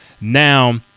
Now